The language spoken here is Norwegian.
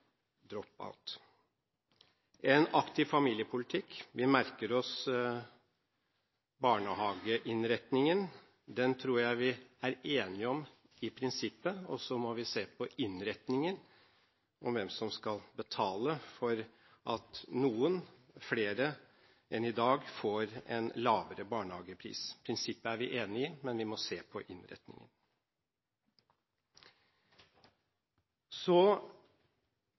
En aktiv familiepolitikk. Vi merker oss barnehageinnretningen. Prinsippet tror jeg vi er enige om. Så må vi se på innretningen og hvem som skal betale for at noen flere enn i dag får en lavere barnehagepris. Prinsippet er vi enig i, men vi må se på